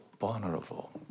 vulnerable